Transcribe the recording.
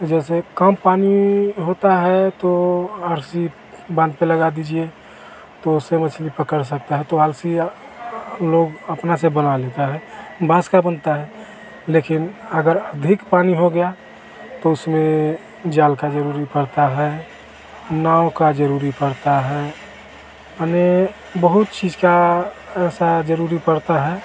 तो जैसे कम पानी होता है तो आर सी बांध पर लगा दीजिए तो उससे मछली पकड़ सकता है तो आर सी या लोग अपनए से बना लेते हैं बाँस का बनता है लेकिन अगर अधिक पानी हो गया तो उसमें जाल का ज़रूरी पड़ता है नाव का ज़रूरी पड़ता है अने बहुत चीज़ का ऐसा ज़रूरी पड़ता है